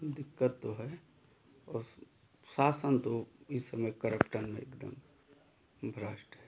दिक्कत तो है और शासन तो इस समय करप्टन में एकदम भ्रष्ट है